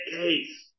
case